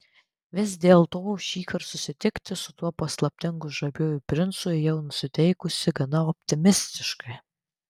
vis dėlto šįkart susitikti su tuo paslaptingu žaviuoju princu ėjau nusiteikusi gana optimistiškai